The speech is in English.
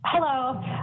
Hello